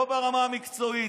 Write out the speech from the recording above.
לא ברמה המקצועית,